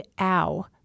ow